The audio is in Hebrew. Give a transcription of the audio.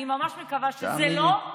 אני ממש מקווה שזה לא.